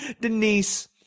denise